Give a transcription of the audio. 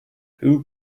who